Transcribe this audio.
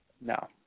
No